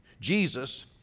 Jesus